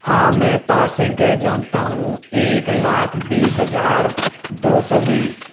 हाँ मैं पाँच संख्याएँ जानता हूँ एक लाख बीस हज़ार दो सौ बीस